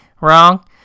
wrong